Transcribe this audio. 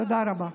תודה רבה.